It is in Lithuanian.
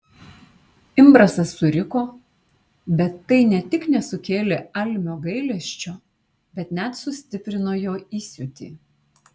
imbrasas suriko bet tai ne tik nesukėlė almio gailesčio bet net sustiprino jo įsiūtį